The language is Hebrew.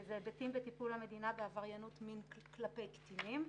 הוא היבטים בטיפול המדינה בעבריינות מין כלפי קטינים.